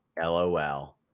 LOL